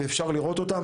ואפשר לראות אותם.